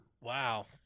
Wow